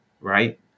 right